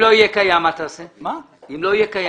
מה תעשה אם לא יהיה קיים?